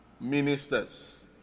ministers